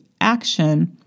action